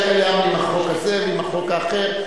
"הולילנד" היה קיים עם החוק הזה ועם החוק האחר.